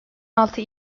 altı